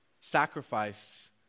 sacrifice